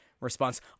response